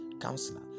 counselor